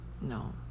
No